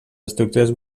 estructures